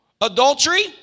Adultery